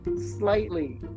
slightly